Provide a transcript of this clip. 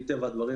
מטבע הדברים,